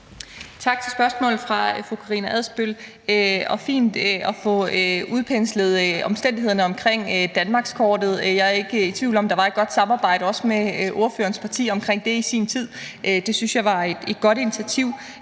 Tak for spørgsmålet til fru Karina Adsbøl. Det er fint at få udpenslet omstændighederne omkring danmarkskortet. Jeg er ikke i tvivl om, at der var et godt samarbejde, også med ordførerens parti, omkring det i sin tid. Det synes jeg var et godt initiativ.